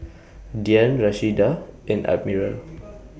Diann Rashida and Admiral